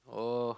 oh